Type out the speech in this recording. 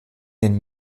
den